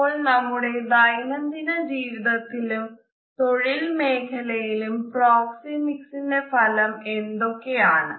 അപ്പോൾ നമ്മുടെ ദൈനംദിന ജീവിതത്തിലും തൊഴിൽ മേഖലയിലും പ്രോക്സിമിക്സിന്റെ ഫലം എന്തൊക്കെയാണ്